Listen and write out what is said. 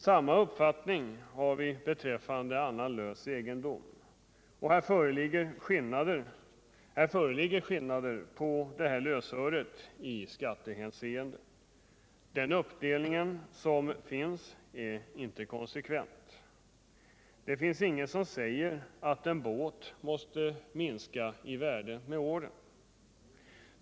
Samma uppfattning har vi beträffande annan lös egendom. I fråga om lösöre föreligger skillnader i skattehänseende, och den uppdelning som görs är inte konsekvent. Det finns inget som säger att en båt måste minska i värde med åren.